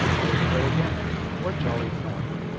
there they go again what jolly fun!